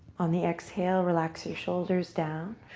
on the exhale, relax your shoulders down.